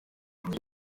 kuki